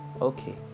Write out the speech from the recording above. okay